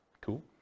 Cool